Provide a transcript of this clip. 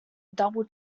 double